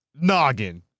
noggin